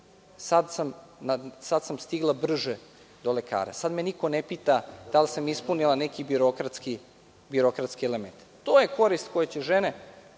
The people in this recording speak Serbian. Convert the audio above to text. sad sam stigla brže do lekara, sad me niko ne pita da li sam ispunila neki birokratski element. To je korist koju će žene,